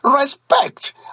respect